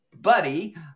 buddy